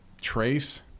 trace